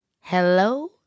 Hello